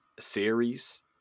series